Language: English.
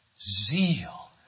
zeal